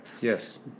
Yes